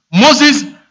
Moses